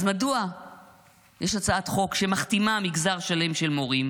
אז מדוע יש הצעת חוק שמכתימה מגזר שלם של מורים?